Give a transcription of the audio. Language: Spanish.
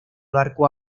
barco